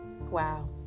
wow